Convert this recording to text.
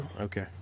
Okay